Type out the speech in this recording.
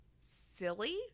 silly